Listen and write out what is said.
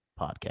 podcast